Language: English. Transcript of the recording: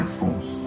force